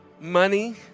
money